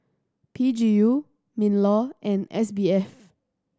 P G U MinLaw and S B F